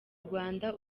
rwanda